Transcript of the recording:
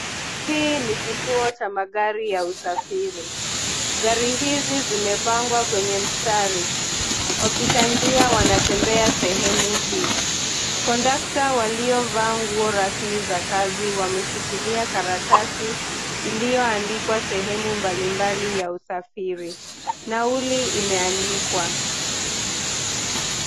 Hii ni kituo cha magari ya usafiri. Gari hizi zimepangwa kwenye mstari. Wapita njia wanatembea sehemu hii. Kondakta waliovaa nguo rasmi za kazi wameshikilia karatasi iliyoandikwa sehemu mbalimbali ya usafiri. Nauli imeandikwa.